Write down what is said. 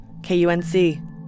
KUNC